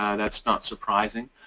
and that's not surprising.